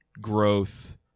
growth